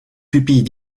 pupilles